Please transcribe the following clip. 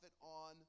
on